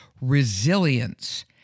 Resilience